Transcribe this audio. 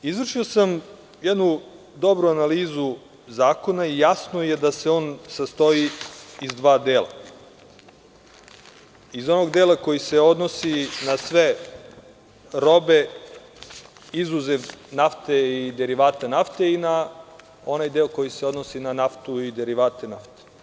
Izvršio sam jednu dobru analizu zakona i jasno je da se on sastoji iz dva dela, iz onog dela koji se odnosi na sve robe, izuzev nafte i derivata nafte i na onaj deo koji se odnosi na naftu i derivate nafte.